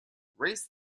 race